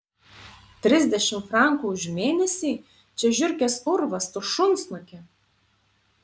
trisdešimt frankų už mėnesį čia žiurkės urvas tu šunsnuki